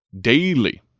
Daily